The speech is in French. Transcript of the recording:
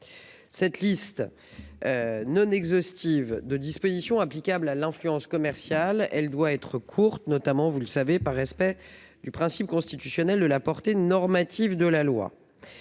Cette liste. Non exhaustive de dispositions applicables à l'influence commerciale, elle doit être courte notamment vous le savez, par respect du principe constitutionnel de la portée normative de la loi.